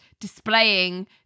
displaying